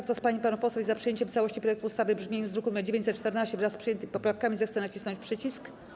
Kto z pań i panów posłów jest za przyjęciem w całości projektu ustawy w brzmieniu z druku nr 914, wraz z przyjętymi poprawkami, zechce nacisnąć przycisk.